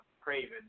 Craven